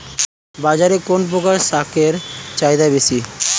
বাজারে কোন প্রকার শাকের চাহিদা বেশী?